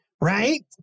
right